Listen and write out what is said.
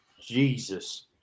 Jesus